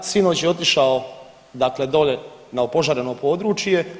Sinoć je otišao dakle dolje na opožareno područje.